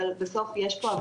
אבל בסוף יש פה אבחנות.